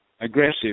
aggressive